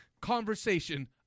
conversation